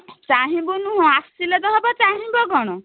ଚାହିଁବୁ ନୁହେଁ ଆସିଲେ ତ ହେବ ଚାହିଁବ କ'ଣ